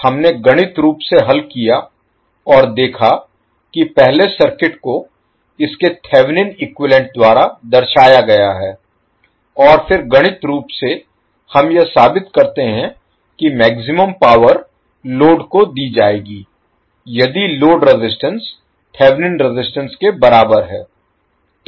हमने गणित रूप से हल किया और देखा कि पहले सर्किट को इसके थेवेनिन इक्विवैलेन्ट द्वारा दर्शाया गया है और फिर गणित रूप से हम यह साबित करते हैं कि मैक्सिमम पावर लोड को दी जाएगी यदि लोड रेजिस्टेंस थेवेनिन रेजिस्टेंस के बराबर है